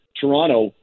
Toronto